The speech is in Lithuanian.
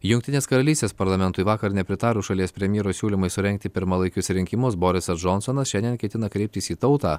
jungtinės karalystės parlamentui vakar nepritarus šalies premjero siūlymui surengti pirmalaikius rinkimus borisas džonsonas šiandien ketina kreiptis į tautą